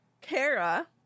Kara